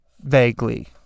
vaguely